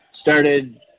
started